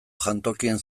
jantokien